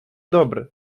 добре